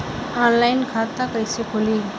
Online खाता कइसे खुली?